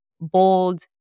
bold